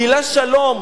המלה "שלום"